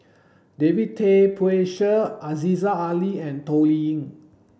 David Tay Poey Cher Aziza Ali and Toh Liying